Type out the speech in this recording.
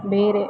ಬೇರೆ